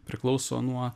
priklauso nuo